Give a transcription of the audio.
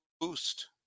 boost